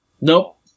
Nope